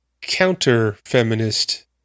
counter-feminist